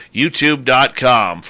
youtube.com